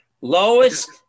lowest